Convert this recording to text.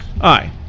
aye